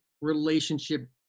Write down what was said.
relationship